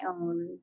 own